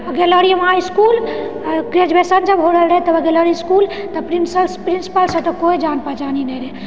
ओ गेल रहलिऐ वहाँ इसकुल ग्रेजुएशन जब हो रहल रहै तब गेलो रही इसकुल तब प्रिन्सी प्रिन्सिपलसँ तऽ कोइ जान पहचान ही नहि रहै